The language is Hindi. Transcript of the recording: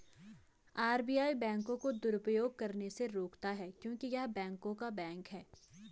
आर.बी.आई बैंकों को दुरुपयोग करने से रोकता हैं क्योंकि य़ह बैंकों का बैंक हैं